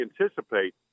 anticipate